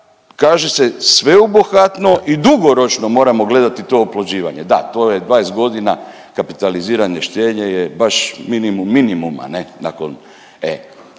kaže se sveobuhvatno i dugoročno moramo gledati to oplođivanje. Da to je 20.g. kapitalizirane štednje je baš minimum minimuma ne nakon